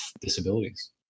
disabilities